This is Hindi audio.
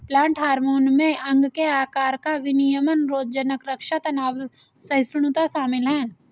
प्लांट हार्मोन में अंग के आकार का विनियमन रोगज़नक़ रक्षा तनाव सहिष्णुता शामिल है